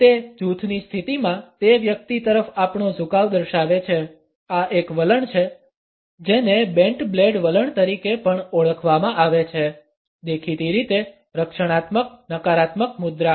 તે જૂથની સ્થિતિમાં તે વ્યક્તિ તરફ આપણો ઝુકાવ દર્શાવે છે આ એક વલણ છે જેને બેન્ટ બ્લેડ વલણ તરીકે પણ ઓળખવામાં આવે છે દેખીતી રીતે રક્ષણાત્મક નકારાત્મક મુદ્રા